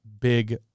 big